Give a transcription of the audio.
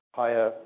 higher